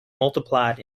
multiplied